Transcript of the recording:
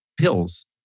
pills